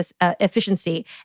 efficiency